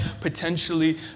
potentially